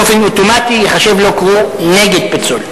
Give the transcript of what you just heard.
באופן אוטומטי ייחשב לו שהוא נגד פיצול.